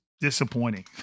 disappointing